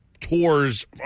tours